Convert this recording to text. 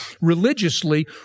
religiously